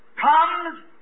comes